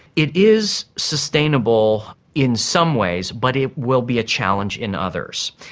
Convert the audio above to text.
it is sustainable in some ways, but it will be a challenge in others.